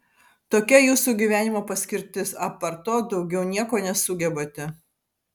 tokia jūsų gyvenimo paskirtis apart to daugiau nieko nesugebate